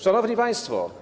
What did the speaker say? Szanowni Państwo!